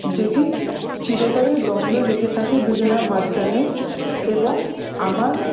যেটি চিরতরে দ্বন্দ্বই লেগে থাকে দুজনার মাঝখানে এবং আমার